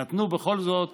נתנו בכל זאת